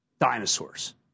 Dinosaurs